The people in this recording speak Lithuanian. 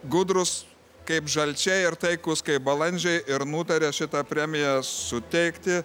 gudrūs kaip žalčiai ar taikus kaip balandžiai ir nutarė šitą premiją suteikti